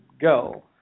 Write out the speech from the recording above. go